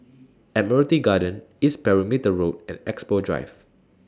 Admiralty Garden East Perimeter Road and Expo Drive